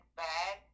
bad